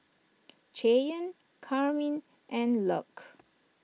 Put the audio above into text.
Cheyanne Carmine and Luc